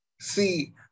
see